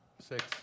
Six